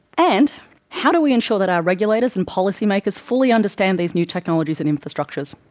and how do we ensure that our regulators and policy makers fully understand these new technologies and infrastructures?